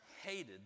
hated